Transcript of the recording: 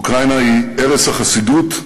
אוקראינה היא ערש החסידות,